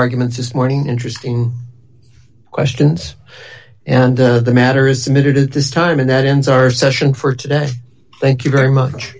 arguments this morning interesting questions and the matter is emitted at this time and that ends our session for today thank you very much